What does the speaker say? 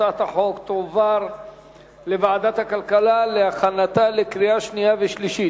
הצעת החוק תועבר לוועדת הכלכלה להכנתה לקריאה שנייה וקריאה שלישית.